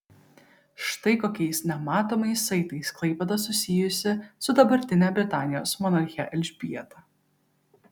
štai kokiais nematomais saitais klaipėda susijusi su dabartine britanijos monarche elžbieta